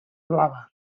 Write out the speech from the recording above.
blava